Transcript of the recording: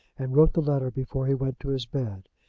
and wrote the letter before he went to his bed.